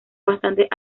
bastantes